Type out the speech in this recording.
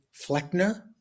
Fleckner